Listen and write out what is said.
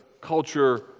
culture